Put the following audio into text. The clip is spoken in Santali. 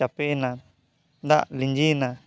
ᱪᱟᱯᱮᱭᱮᱱᱮ ᱫᱟᱜ ᱞᱤᱸᱡᱤᱭᱮᱱᱟ